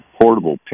portable